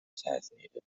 assassinated